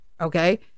Okay